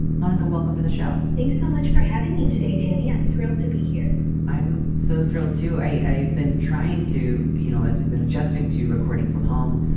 monica, welcome to the show thanks so much for having me today, danny. i'm thrilled to be here i'm so thrilled to i ah you've been trying to you know, as we've been adjusting to recording from home,